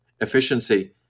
efficiency